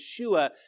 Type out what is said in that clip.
Yeshua